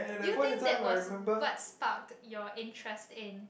do you think that was what start your interest in